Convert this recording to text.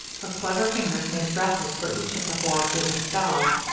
her clever fingers made dresses for each of the four biggest dolls,